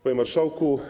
Panie Marszałku!